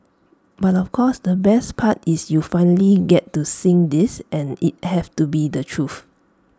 but of course the best part is you'll finally get to sing this and IT have to be the truth